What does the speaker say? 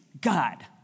God